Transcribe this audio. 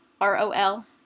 R-O-L